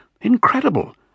Incredible